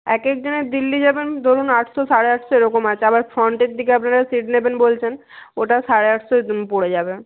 এক এক জনের দিল্লি যাবেন ধরুন আটশো সাড়ে আটশো এরকম আছে আবার ফ্রন্টের দিকে আপনারা সিট নেবেন বলছেন ওটা সাড়ে আটশো পড়ে যাবে